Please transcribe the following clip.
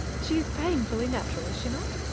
she is painfully natural, is she not?